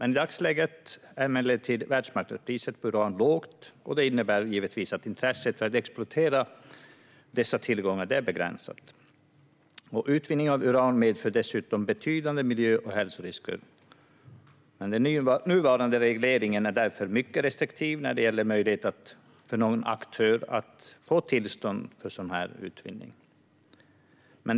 I dagsläget är emellertid världsmarknadspriset på uran lågt, vilket givetvis innebär att intresset för att exploatera dessa tillgångar är begränsat. Utvinning av uran medför dessutom betydande miljö och hälsorisker. Den nuvarande regleringen är därför mycket restriktiv när det gäller möjligheterna för någon aktör att få tillstånd för sådan utvinning.